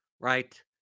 right